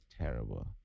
terrible